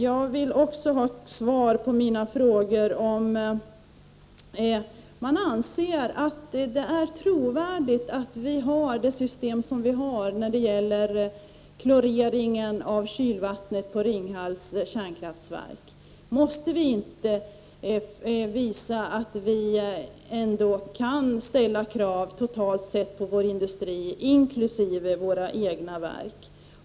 Jag vill också ha svar på mina frågor om man anser att det är trovärdigt att vi har det system som vi har när det gäller kloreringen av kylvattnet på Ringhals kärnkraftverk. Måste vi inte visa att vi kan ställa krav totalt sett på vår industri, inkl. våra egna verk?